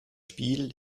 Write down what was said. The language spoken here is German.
spiel